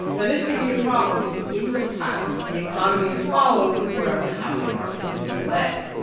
now, this could be a problem because in the past, the economy has followed wherever the housing market has led.